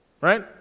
Right